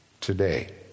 today